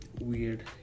weird